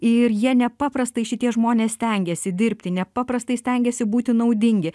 ir jie nepaprastai šitie žmonės stengiasi dirbti nepaprastai stengiasi būti naudingi